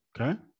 okay